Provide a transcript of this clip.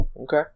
Okay